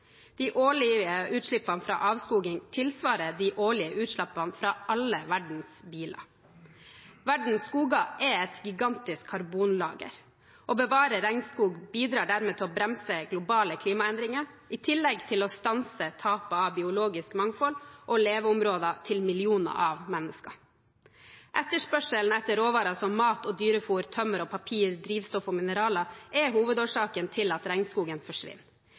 De årlige utslippene fra avskoging tilsvarer de årlige utslippene fra alle verdens biler. Verdens skoger er et gigantisk karbonlager. Å bevare regnskog bidrar dermed til å bremse globale klimaendringer i tillegg til å stanse tapet av biologisk mangfold og leveområder til millioner av mennesker. Etterspørselen etter råvarer som mat og dyrefôr, tømmer og papir, drivstoff og mineraler er hovedårsaken til at regnskogen forsvinner.